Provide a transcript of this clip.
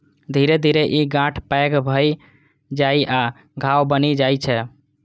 धीरे धीरे ई गांठ पैघ भए जाइ आ घाव बनि जाइ छै